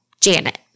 Janet